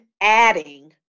adding